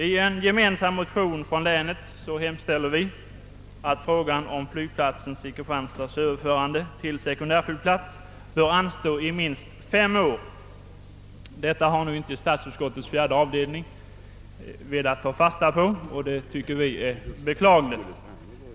I en gemensam motion från länet hemställer vi att denna fråga måtte anstå i minst fem år. Detta förslag har inte statsutskottets fjärde avdelning velat ta fasta på, vilket vi finner beklagligt.